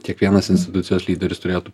kiekvienas institucijos lyderis turėtų